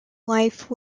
life